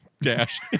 dash